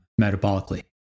metabolically